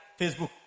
Facebook